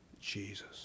Jesus